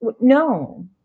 no